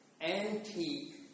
antique